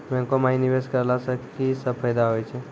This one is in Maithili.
बैंको माई निवेश कराला से की सब फ़ायदा हो छै?